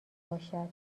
باشد